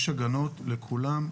יש הגנות לכולם,